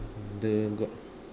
the got